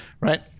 right